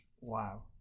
Wow